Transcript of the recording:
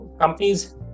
companies